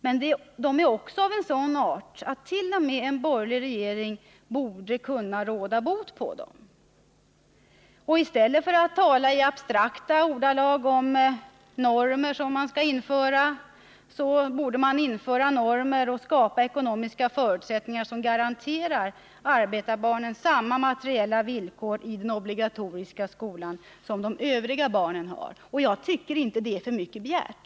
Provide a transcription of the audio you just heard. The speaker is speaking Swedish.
Men de är också av sådan art att t.o.m. en borgerlig regering borde kunna råda bot på dem. I stället för att i abstrakta ordalag tala om normer som man vill införa, så bör man skapa sådana ekonomiska förutsättningar att arbetarbarnen garanteras samma materiella villkor i den obligatoriska skolan som de övriga barnen har. Jag tycker inte att det är för mycket begärt.